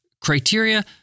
criteria